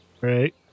right